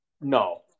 No